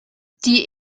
die